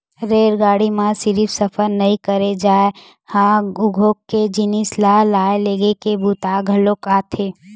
रेलगाड़ी म सिरिफ सफर नइ करे जाए ए ह उद्योग के जिनिस ल लाए लेगे के बूता घलोक आथे